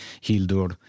Hildur